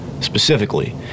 Specifically